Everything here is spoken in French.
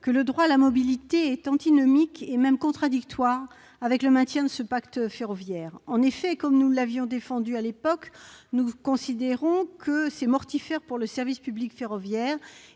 que le droit à la mobilité est antinomique, et même contradictoire, avec le maintien de ce pacte ferroviaire. Comme nous l'avions défendu à l'époque, nous considérons que cette loi est mortifère pour le service public ferroviaire